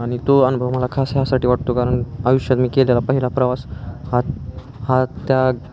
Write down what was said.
आणि तो अनुभव मला खास ह्यासाठी वाटतो कारण आयुष्यात मी केलेला पहिला प्रवास हा हा त्या